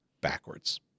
backwards